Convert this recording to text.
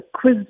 quiz